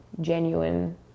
genuine